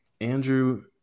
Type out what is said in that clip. Andrew